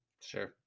sure